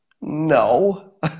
No